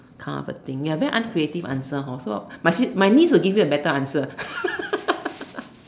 half a thing ya very uncreative answer hor so my my niece will give you a better answer